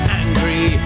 angry